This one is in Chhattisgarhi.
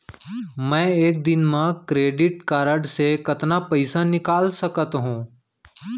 मैं एक दिन म क्रेडिट कारड से कतना पइसा निकाल सकत हो?